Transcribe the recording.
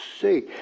see